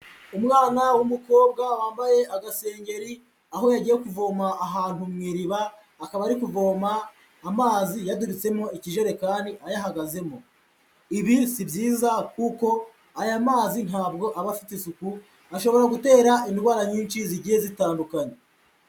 Umwana w'umukobwa wambaye agasengeri, aho yagiye kuvoma ahantu mu iriba, akaba ari kuvoma amazi yadubitsemo ikijerekani, ayahagazemo. Ibi si byiza kuko aya mazi ntabwo aba afite isuku, ashobora gutera indwara nyinshi zigiye zitandukanye.